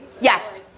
Yes